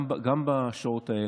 גם בשעות האלה,